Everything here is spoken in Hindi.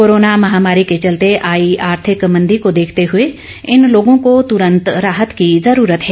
कोरोना महामारी के चलते आई आर्थिक मंदी को देखते हुए इन लोगों को तुरंत राहत की जरूरत है